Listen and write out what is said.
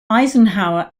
eisenhower